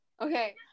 Okay